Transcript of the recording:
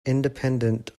independent